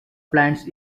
plants